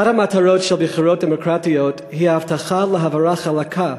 אחת המטרות של בחירות דמוקרטיות היא ההבטחה להעברה חלקה